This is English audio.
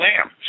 Lamb